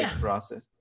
process